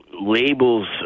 labels